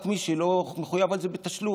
רק מי שלא מחויב על זה בתשלום,